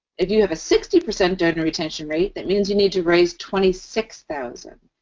if you have a sixty percent donor retention rate, that means you need to raise twenty six thousand